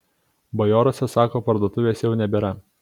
bajoruose sako parduotuvės jau nebėra